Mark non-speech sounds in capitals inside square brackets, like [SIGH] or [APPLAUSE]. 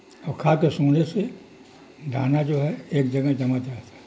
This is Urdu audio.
کھا کے سونے سے دانا جو ہے ایک جگہ جمع [UNINTELLIGIBLE] جاتا ہے